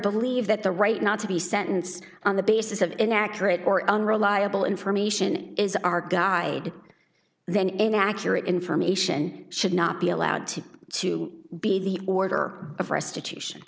believe that the right not to be sentenced on the basis of inaccurate or unreliable information is our guide then inaccurate information should not be allowed to to be the order of restitution